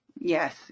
Yes